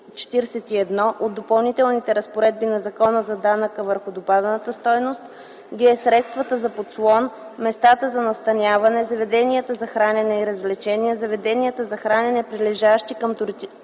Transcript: от Допълнителните разпоредби на Закона за данък върху добавената стойност; г) средства за подслон, места за настаняване, заведения за хранене и развлечения, заведения за хранене, прилежащи към туристически